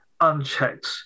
unchecked